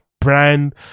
brand